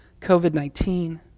COVID-19